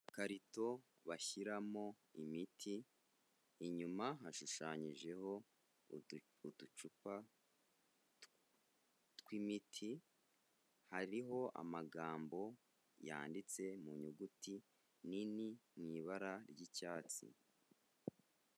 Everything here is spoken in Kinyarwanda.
Ikarito bashyiramo imiti, inyuma hashushanyijeho uducupa tw'imiti, hariho amagambo yanditse mu nyuguti nini mu ibara ry'icyatsi.